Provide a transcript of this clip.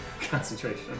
Concentration